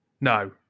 No